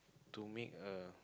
to make a